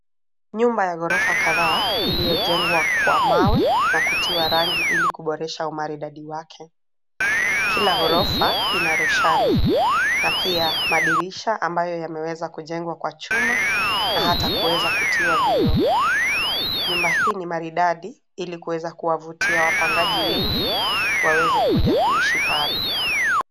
Nyumba ya ghorofa kadhaa iliyojengwa kwa mawe na kutiwa rangi ili kuboresha maridadi wake. Kila ghorofa ina roshani na pia madirisha ambayo yameweza kujengwa kwa chuma na hata kuweza kutiwa vioo. Nyumba hii ni maridadi ili kuweza kuwavutia wapangaji wengi waweza kujaa kuishi pale.